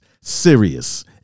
Serious